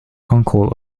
uncle